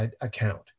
account